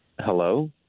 Hello